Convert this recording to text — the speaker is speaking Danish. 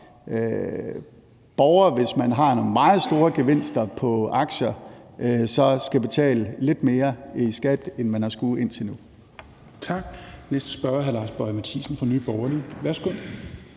borger, hvis man har nogle meget store gevinster på aktier, skal betale lidt mere i skat, end man har skullet indtil nu.